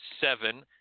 seven